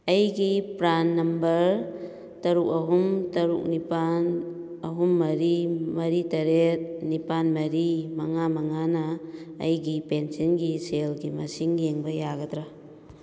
ꯑꯩꯒꯤ PRAN number ꯇꯔꯨꯛ ꯑꯍꯨꯝ ꯇꯔꯨꯛ ꯅꯤꯄꯥꯜ ꯑꯍꯨꯝ ꯃꯔꯤ ꯃꯔꯤ ꯇꯔꯦꯠ ꯅꯤꯄꯥꯜ ꯃꯔꯤ ꯃꯉꯥ ꯃꯉꯥꯅ ꯑꯩꯒꯤ ꯄꯦꯟꯁꯤꯟꯒꯤ ꯁꯦꯜꯒꯤ ꯃꯁꯤꯡ ꯌꯦꯡꯕ ꯌꯥꯒꯗ꯭ꯔꯥ